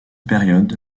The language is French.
période